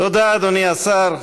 תודה, אדוני השר.